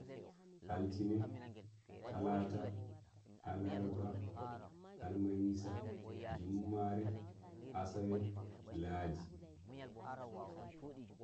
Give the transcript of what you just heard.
altine talata alarba alhamisa jumare asawe ladi